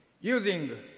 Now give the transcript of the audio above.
Using